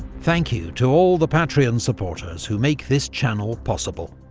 thank you to all the patreon supporters who make this channel possible.